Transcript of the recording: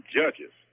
judges